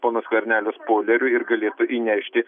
pono skvernelio spoileriu ir galėtų įnešti